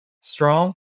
strong